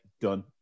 done